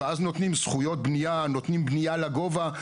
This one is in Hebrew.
ואז נותנים זכויות בנייה, נותנים בנייה לגובה.